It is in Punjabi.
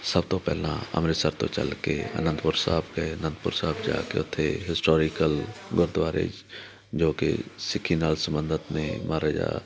ਸਭ ਤੋਂ ਪਹਿਲਾਂ ਅੰਮ੍ਰਿਤਸਰ ਤੋਂ ਚੱਲ ਕੇ ਅਨੰਦਪੁਰ ਸਾਹਿਬ ਗਏ ਅਨੰਦਪੁਰ ਸਾਹਿਬ ਜਾ ਕੇ ਉੱਥੇ ਹਿਸਟੋਰੀਕਲ ਗੁਰਦੁਆਰੇ ਜੋ ਕਿ ਸਿੱਖੀ ਨਾਲ ਸੰਬੰਧਿਤ ਨੇ ਮਹਾਰਾਜਾ